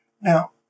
Now